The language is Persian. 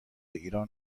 ایران